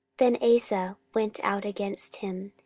then asa went out against him,